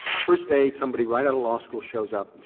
first day, somebody right out of law school shows up and